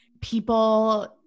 people